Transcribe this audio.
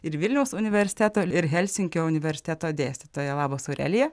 ir vilniaus universiteto ir helsinkio universiteto dėstytoja labas aurelija